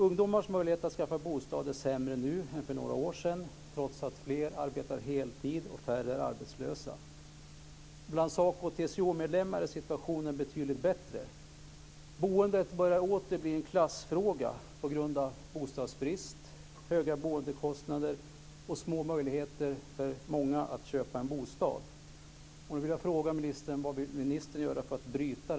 Ungdomars möjlighet att skaffa bostad är sämre nu än för några år sedan, trots att fler arbetar heltid och färre är arbetslösa. Bland SACO och TCO-medlemmar är situationen betydligt bättre. Boendet börjar åter bli en klassfråga på grund av bostadsbrist, höga boendekostnader och små möjligheter för många att köpa en bostad.